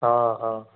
ହଁ ହଁ